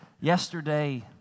yesterday